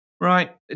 Right